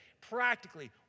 Practically